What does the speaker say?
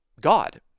God